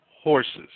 horses